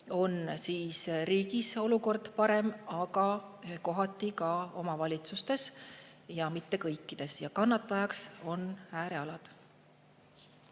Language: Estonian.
on riigis olukord parem, kohati ka omavalitsustes, aga mitte kõikides. Kannatajaks on äärealad.